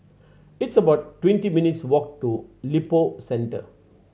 it's about twenty minutes' walk to Lippo Centre